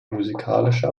musikalische